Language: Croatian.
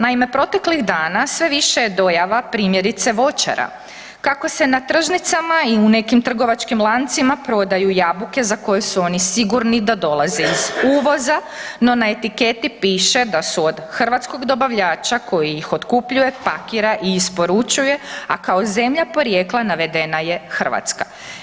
Naime, proteklih dana sve više je dojava primjerice voćara kako se na tržnicama i u nekim trgovačkim lancima prodaju jabuke za koje su oni sigurni da dolaze iz uvoza, no na etiketi piše da su od hrvatskog dobavljača koji ih otkupljuje, pakira i isporučuje, a kao zemlja porijekla navedena je Hrvatska.